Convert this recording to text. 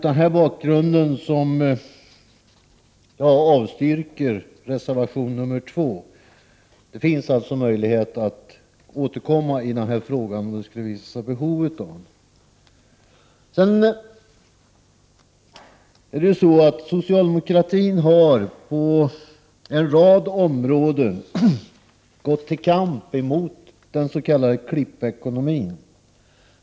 Det finns alltså, om behov föreligger, möjlighet att återkomma i den här frågan. Mot denna bakgrund yrkar jag avslag på reservation nr 2. Socialdemokratin har på en rad områden gått till kamp emot den s.k. klippekonomin.